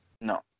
No